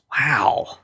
Wow